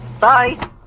Bye